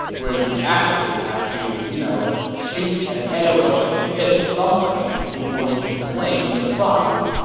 where you actually have to, you know, shoot an arrow and hit something before you can claim the prize.